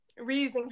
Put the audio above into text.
reusing